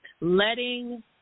letting